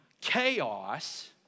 chaos